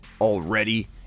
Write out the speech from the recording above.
already